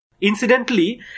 Incidentally